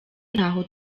ntaho